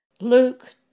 Luke